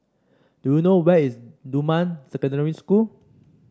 do you know where is Dunman Secondary School